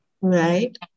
Right